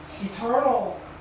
eternal